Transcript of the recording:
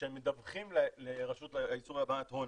שמדווחים לרשות לאיסור הלבנת הון